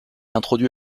introduit